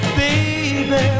baby